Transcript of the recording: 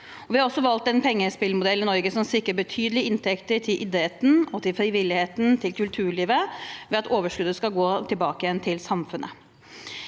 Vi har også valgt en pengespillmodell i Norge som sikrer betydelige inntekter til idretten, til frivilligheten og til kulturlivet ved at overskuddet skal gå tilbake igjen til samfunnet